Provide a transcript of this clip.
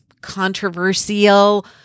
controversial